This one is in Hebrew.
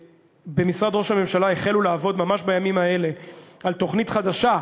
במשרד ראש הממשלה החלו לעבוד ממש בימים האלה על תוכנית חדשה,